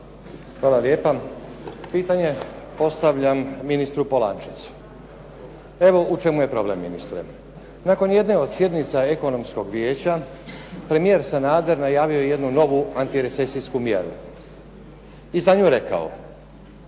Hvala lijepa. Pitanje postavljam ministru Polančecu. Evo u čemu je problem ministre. Nakon jedne od sjednica Ekonomskog vijeća premijer Sanader najavio je jednu novu antirecesijsku mjeru i za nju rekao: